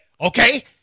okay